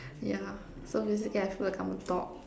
yeah so basically I feel like I'm a dog